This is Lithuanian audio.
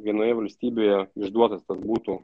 vienoje valstybėje išduotas tas būtų